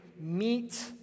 Meet